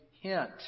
hint